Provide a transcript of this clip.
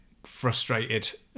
frustrated